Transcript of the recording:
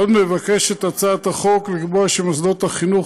עוד מוצע בהצעת החוק לקבוע שמוסדות החינוך